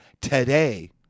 today